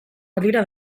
balira